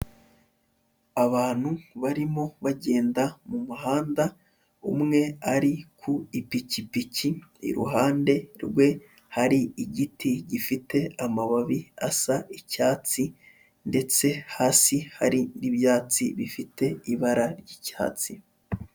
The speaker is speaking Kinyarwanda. Abantu barimo bagenda mu muhanda, umwe ari ku ipikipiki iruhande rwe hari igiti gifite amababi asa icyatsi ndetse hasi hari n'ibyatsi bifite ibara ry'icyatsi.